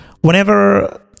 Whenever